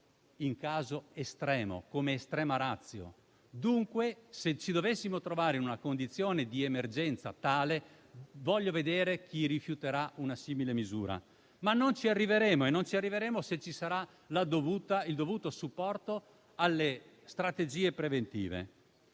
in caso estremo, come *extrema ratio*. Se ci dovessimo trovare in una condizione di emergenza tale, voglio vedere chi rifiuterà una simile misura. Non ci arriveremo però e non ci arriveremo se ci sarà il dovuto supporto alle strategie preventive.